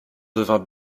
devint